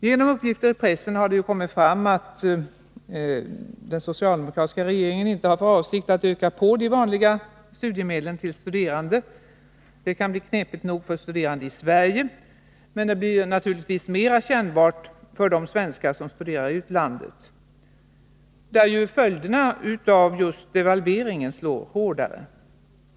Genom uppgifter i pressen har det kommit fram att den socialdemokratiska regeringen inte har för avsikt att öka på de vanliga studiemedlen till studerande. Det kan bli knepigt nog för studerande i Sverige. Men det blir naturligtvis än mera kännbart för de svenskar som studerar i utlandet, där just devalveringen slår hårdare.